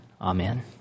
Amen